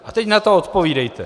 A teď na to odpovídejte!